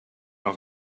have